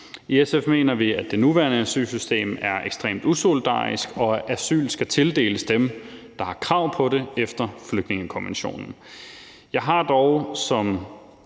I SF mener vi, at det nuværende asylsystem er ekstremt usolidarisk, og at asyl skal tildeles dem, der har krav på det efter flygtningekonventionen. Jeg har dog som